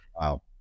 Wow